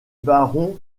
barons